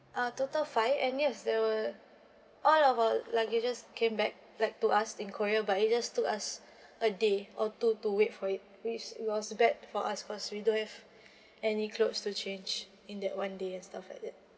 uh total five and yes they were all of our luggages came back like to us in korea but it just took us a day or two to wait for it which it was bad for us cause we don't have any clothes to change in that one day and stuff like that